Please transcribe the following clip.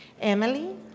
Emily